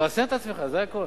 תרסן את עצמך, זה הכול.